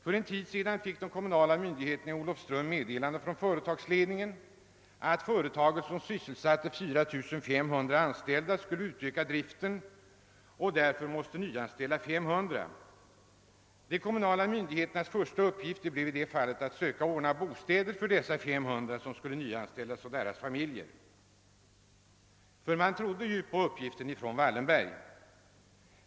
För en tid sedan fick de kommunala myndigheterna i Olofström meddelande från företagsledningen om att företaget, som sysselsatte 4 500 anställda, skulle utöka driften och därför måste nyanställa 500 personer. De kommunala myndigheternas första uppgift blev då att söka ordna bostäder åt dessa 500 nyanställda och deras familjer. Man trodde nämligen på uppgifterna från Wallenberg.